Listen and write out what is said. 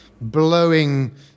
blowing